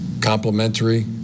complementary